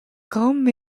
gambr